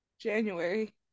January